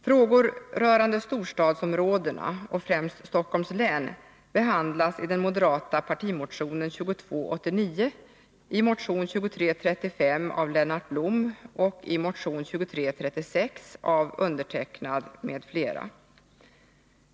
Frågor rörande storstadsområdena, främst Stockholms län, behandlas i den moderata partimotionen 2289, i motionen 2335 av Lennart Blom och i motionen 2336 av mig m.fl.